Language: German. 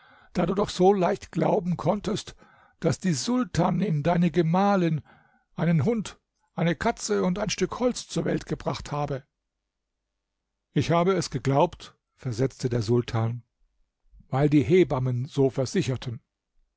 da du doch so leicht glauben konntest daß die sultanin deine gemahlin einen hund eine katze und ein stück holz zur welt gebracht habe ich habe es geglaubt versetzte der sultan weil die hebammen so versicherten